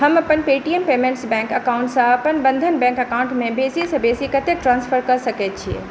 हम अपन Paytm payments bank account सँ अपन बंधन बैंक अकाउंट मे बेसीसँ बेसी कतेक ट्रांस्फर कऽ सकैत छियै